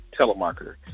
telemarketer